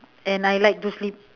and I like to sleep